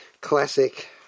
classic